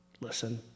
listen